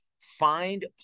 find